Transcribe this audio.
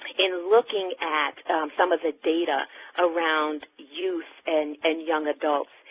in looking at some of the data around youth and and young adults,